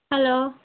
hello